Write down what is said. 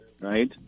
right